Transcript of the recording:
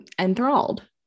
enthralled